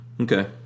Okay